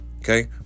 Okay